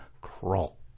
crawl